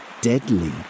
deadly